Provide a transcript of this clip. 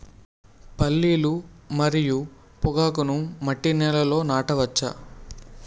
పల్లీలు మరియు పొగాకును మట్టి నేలల్లో నాట వచ్చా?